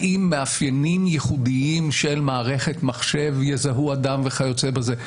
האם מאפיינים ייחודיים של מערכת מחשב יזהו אדם וכיוצא בזה?